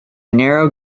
narrow